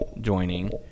joining